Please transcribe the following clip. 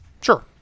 Sure